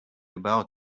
about